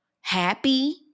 happy